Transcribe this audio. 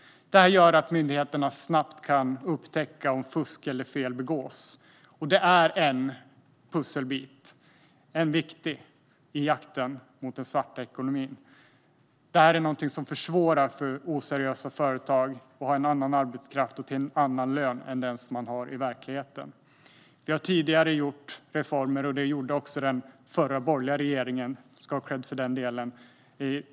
Det här gör att myndigheterna snabbt kan upptäcka om fusk eller fel begås. Det är en viktig pusselbit i jakten på den svarta ekonomin. Detta är någonting som försvårar för oseriösa företag att ha en annan arbetskraft, till en annan lön, än den som man har i verkligheten. Det har tidigare gjorts reformer i personalliggarsystemet som också har bidragit till att förbättra situationen.